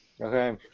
Okay